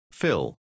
fill